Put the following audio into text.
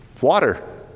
water